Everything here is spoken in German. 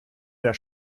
der